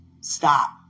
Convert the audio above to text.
Stop